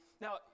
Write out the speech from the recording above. now